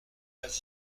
pas